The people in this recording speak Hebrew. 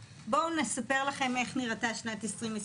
נספר לכם איך נראתה שנת 2020,